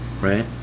Right